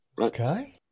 Okay